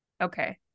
okay